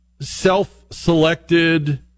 self-selected